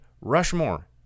rushmore